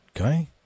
okay